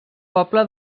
poble